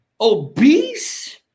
obese